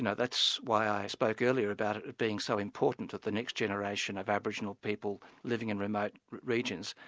and that's why i spoke earlier about it it being so important that the next generation of aboriginal people living in remote regions,